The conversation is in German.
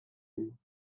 hin